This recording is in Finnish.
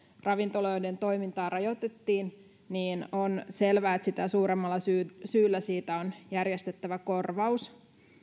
ravintoloiden toimintaa rajoitettiin niin on selvää että sitä suuremmalla syyllä syyllä siitä on järjestettävä korvaus